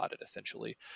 essentially